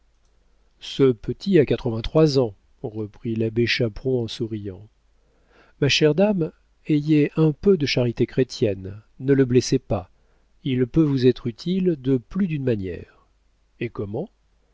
ce petit a quatre-vingt-trois ans reprit l'abbé chaperon en souriant ma chère dame ayez un peu de charité chrétienne ne le blessez pas il peut vous être utile de plus d'une manière et comment